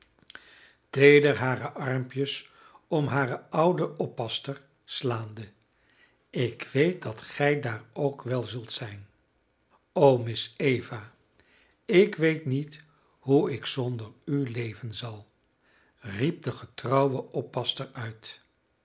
teeder hare armpjes om hare oude oppasster slaande ik weet dat gij daar ook wel zult zijn o miss eva ik weet niet hoe ik zonder u leven zal riep de getrouwe oppasster uit